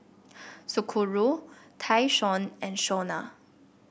Socorro Tayshaun and Shawna